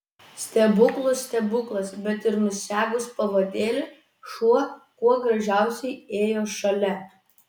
stebuklų stebuklas bet ir nusegus pavadėlį šuo kuo gražiausiai ėjo šalia